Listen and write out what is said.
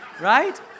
Right